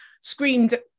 screamed